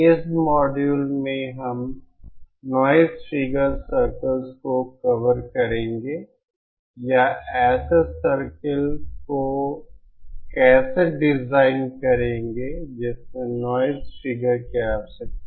इस मॉड्यूल में हम नॉइज़ फिगर सर्कल्स को कवर करेंगे या ऐसे सर्किल को कैसे डिज़ाइन करेंगे जिसमें नॉइज़ फिगर की आवश्यकता हो